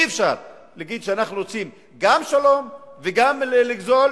אי-אפשר להגיד שאנחנו רוצים גם שלום וגם לגזול,